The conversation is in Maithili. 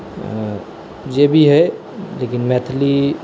जे भी होए लेकिन मैथिली